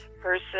person